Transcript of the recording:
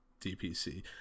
DPC